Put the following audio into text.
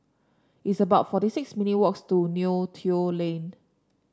it's about forty six minute walks to Neo Tiew Lane